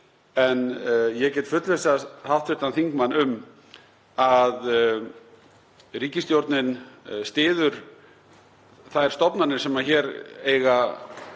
En ég get fullvissað hv. þingmann um að ríkisstjórnin styður þær stofnanir sem hér eiga